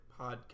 podcast